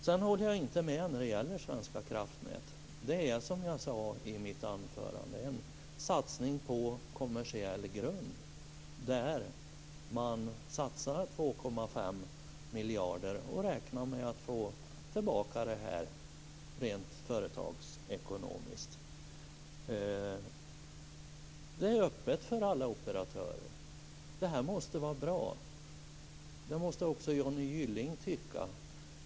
Sedan håller jag inte med när det gäller Svenska kraftnät. Det är en satsning på kommersiell grund, som jag sade i mitt anförande. Man satsar 2,5 miljarder och räknar med att få tillbaka det rent företagsekonomiskt. Det är öppet för alla operatörer. Det måste vara bra. Det måste också Johnny Gylling tycka.